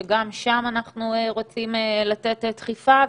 שגם שם אנחנו רוצים לתת דחיפה,